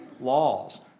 laws